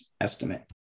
estimate